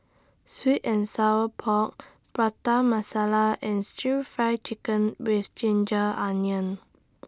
Sweet and Sour Pork Prata Masala and Stir Fry Chicken with Ginger Onions